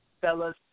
Fellas